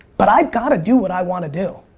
but i've gotta do what i wanna do,